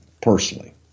personally